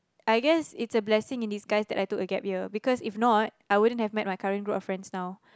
I guess it's a blessing in disguise that I took a gap year because if not I wouldn't have met my current group of friends now